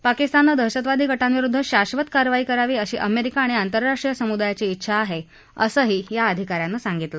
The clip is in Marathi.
पाकिस्ताननं दहशतवादी गटांविरुद्ध शाश्वत कारवाई करावी अशी अमेरिका आणि आंतरराष्ट्रीय समुदायाची इच्छा आहे असं हा अधिकारी म्हणाला